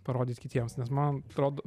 parodyt kitiems nes man atrodo